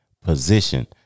position